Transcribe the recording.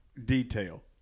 detail